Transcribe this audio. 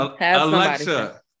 Alexa